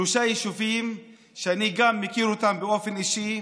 שלושה יישובים שאני מכיר אותם באופן אישי,